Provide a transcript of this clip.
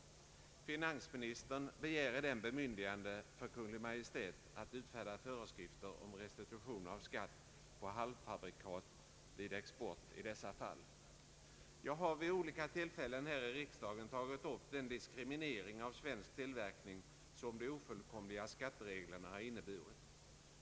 Finansministern begär i propositionen bemyndigande för Kungl. Maj:t att utfärda föreskrifter om restitution av skatt på halvfabrikat vid export i dessa fall. Jag har vid olika tillfällen här i riksdagen tagit upp den diskriminering av svensk tillverkning som de ofullkomliga skattereglerna inneburit.